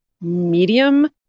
medium